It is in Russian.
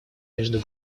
между